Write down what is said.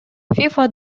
фифа